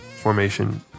Formation